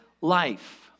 life